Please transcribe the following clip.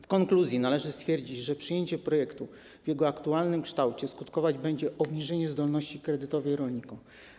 W konkluzji należy stwierdzić, że przyjęcie projektu w jego aktualnym kształcie skutkować będzie obniżeniem zdolności kredytowej rolników.